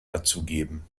dazugeben